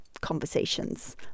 conversations